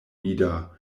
ida